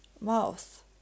mouth